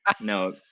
No